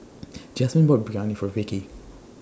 Jasmine bought Biryani For Vicie